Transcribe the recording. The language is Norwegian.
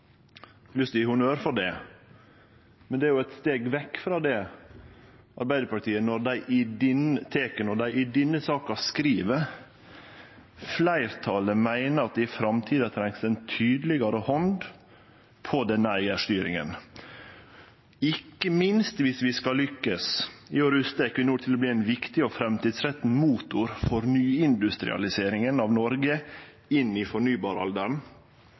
lyst til å gje han honnør for det. Men Arbeiderpartiet tek eit steg vekk frå det når dei i denne saka skriv: «Flertallet mener at det i framtida trengs en tydeligere hånd på denne eierstyringen, ikke minst hvis vi skal lykkes i å ruste Equinor til å bli en viktig og framtidsrettet motor for nyindustrialiseringen av Norge inn i fornybaralderen